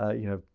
ah you know,